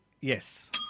Yes